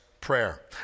prayer